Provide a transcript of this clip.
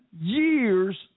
years